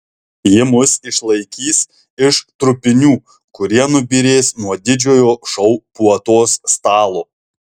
ji mus išlaikys iš trupinių kurie nubyrės nuo didžiojo šou puotos stalo